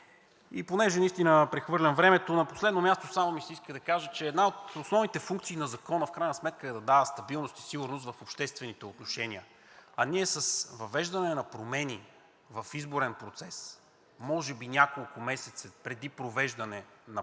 като настина прехвърлям времето, на последно място само ми се иска да кажа, че една от основните функции на Закона в крайна сметка е да дава стабилност и сигурност в обществените отношения, а ние с въвеждане на промени в изборен процес може би няколко месеца преди провеждане на поредни